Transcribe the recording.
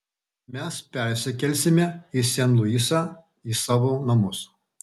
mes persikelsime į sen luisą į savo namus